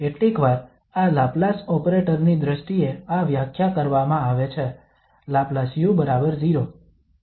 કેટલીકવાર આ Laplace operator ની દ્રષ્ટિએ આ વ્યાખ્યા કરવામાં આવે છે લાપ્લાસ u બરાબર 0